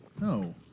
No